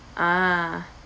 ah